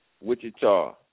Wichita